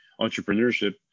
entrepreneurship